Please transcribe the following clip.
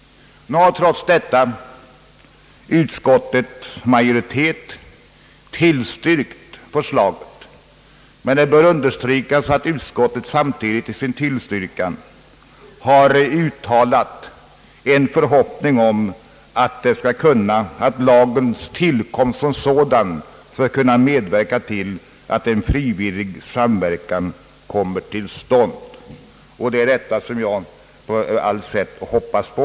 Nu har utskottets majoritet trots detta tillstyrkt förslaget. Men det bör understrykas att utskottet samtidigt i sin tillstyrkan har uttalat en förhoppning att lagens tillkomst i och för sig skall kunna bidra till en frivillig samverkan; och det är detta som jag ur alla synpunkter hoppas på.